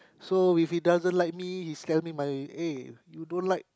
so if he doesn't like me he tell my eh you don't like